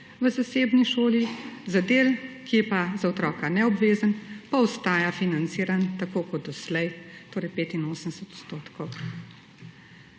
v zasebni šoli, za del, ki je pa za otroka neobvezen, pa ostaja financiran tako kot doslej, torej 85 %.